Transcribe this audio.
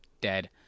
Dead